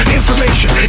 information